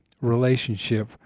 relationship